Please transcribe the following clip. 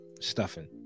stuffing